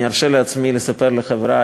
אני ארשה לעצמי לספר לחברי,